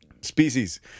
species